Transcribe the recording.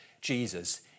Jesus